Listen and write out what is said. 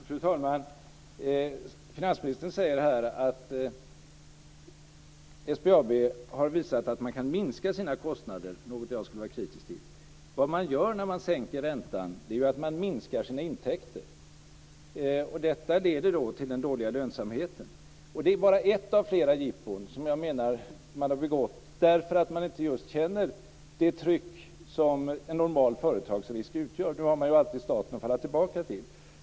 Fru talman! Finansministern säger här att SBAB har visat att man kan minska sina kostnader - något som jag skulle vara kritisk till. Vad man gör när man sänker räntan är ju att man minskar sina intäkter. Detta leder till den dåliga lönsamheten. Det här är bara ett av flera jippon som jag menar att man begått just därför att man inte känner det tryck som en normal företagsrisk utgör - man har alltid staten att falla tillbaka på.